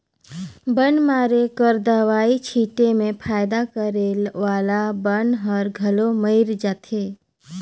बन मारे कर दवई छीटे में फायदा करे वाला बन हर घलो मइर जाथे